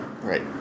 right